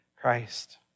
Christ